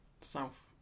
south